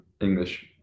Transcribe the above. English